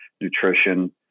nutrition